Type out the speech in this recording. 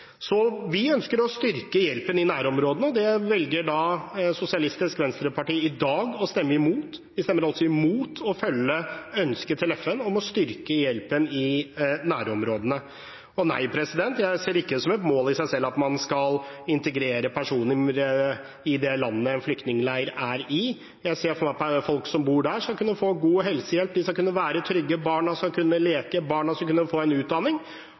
Vi ønsker å styrke hjelpen i nærområdene. Det velger Sosialistisk Venstreparti i dag å stemme imot. De stemmer altså imot å følge FNs ønske om å styrke hjelpen i nærområdene. Og nei, jeg ser det ikke som et mål i seg selv at man skal integrere personer i det landet en flyktningleir ligger i. Jeg ser for meg at folk som bor der, skal kunne få god helsehjelp, de skal være trygge, barna skal kunne leke og få en utdanning.